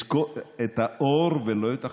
אזכור את האור ולא את החושך,